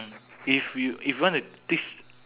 if you if you want to teach